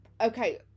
Okay